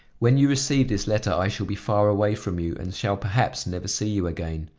when you receive this letter i shall be far away from you, and shall perhaps never see you again.